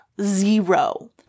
Zero